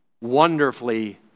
wonderfully